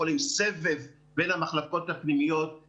בוקר טוב לכולם,